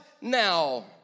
now